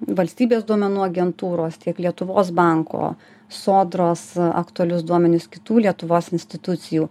valstybės duomenų agentūros tiek lietuvos banko sodros aktualius duomenis kitų lietuvos institucijų